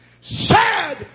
sad